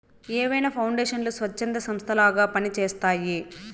ఏవైనా పౌండేషన్లు స్వచ్ఛంద సంస్థలలాగా పని చేస్తయ్యి